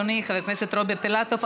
אדוני חבר הכנסת רוברט אילטוב,